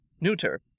Neuter